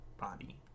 body